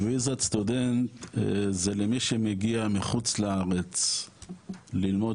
וויזת סטודנט זה למי שמגיע מחוץ לארץ ללמוד